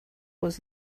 was